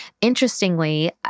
Interestingly